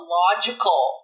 logical